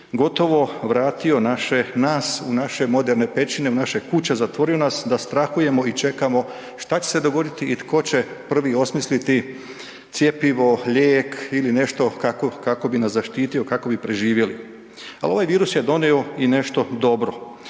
gotovo vratio naše, nas u naše moderne pećine, u naše kuće, zatvorio nas da strahujemo i čekamo šta će se dogoditi i tko će prvi osmisliti cjepivo, lijek ili nešto kako, kako bi nas zaštitio, kako bi preživjeli. Al ovaj virus je donijeo i nešto dobro.